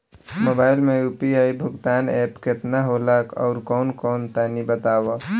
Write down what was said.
Mobile म UPI भुगतान app केतना होला आउरकौन कौन तनि बतावा?